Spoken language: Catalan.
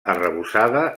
arrebossada